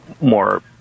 more